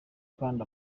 kandi